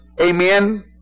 amen